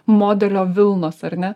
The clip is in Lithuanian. modelio vilnos ar ne